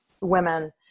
women